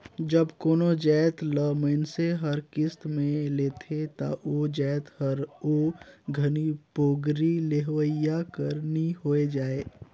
जब कोनो जाएत ल मइनसे हर किस्त में लेथे ता ओ जाएत हर ओ घनी पोगरी लेहोइया कर नी होए जाए